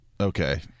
Okay